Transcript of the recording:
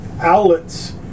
outlets